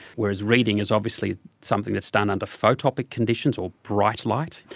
whereas reading is obviously something that's done under photopic conditions or bright light,